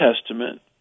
Testament